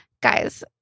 Guys